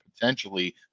potentially